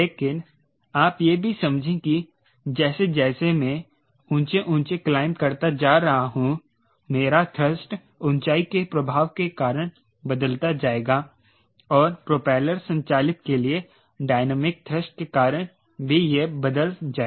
लेकिन आप यह भी समझे कि जैसे जैसे मैं ऊंचे ऊंचे क्लाइंब करता जा रहा हूं मेरा थ्रस्ट ऊंचाई के प्रभाव के कारण बदलता जाएगा और प्रोपेलर संचालित के लिए डायनामिक थ्रस्ट के कारण भी यह बदल जाएगा